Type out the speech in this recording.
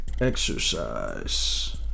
exercise